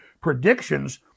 predictions